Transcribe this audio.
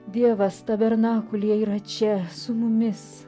dievas tabernakulyje yra čia su mumis